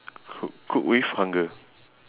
cook cook with hunger